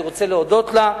אני רוצה להודות לה.